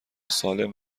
سالم